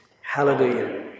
Hallelujah